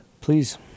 Please